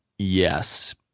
Yes